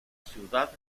ciudad